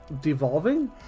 Devolving